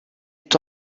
est